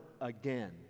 again